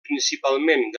principalment